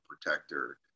protector